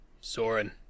Soren